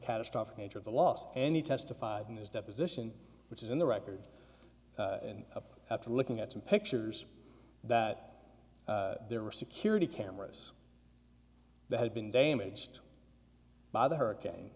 catastrophic nature of the loss any testified in his deposition which is in the record and after looking at some pictures that there were security cameras that had been damaged by the hurricane